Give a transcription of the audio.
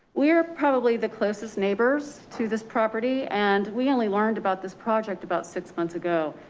we are probably the closest neighbors to this property. and we only learned about this project about six months ago,